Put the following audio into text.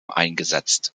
eingesetzt